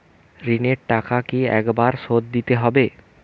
ঋণের টাকা কি একবার শোধ দিতে হবে?